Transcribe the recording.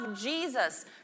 Jesus